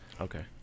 Okay